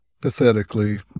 pathetically—